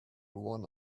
one